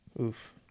Oof